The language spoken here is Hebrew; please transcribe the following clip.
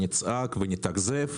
נצעק ונתאכזב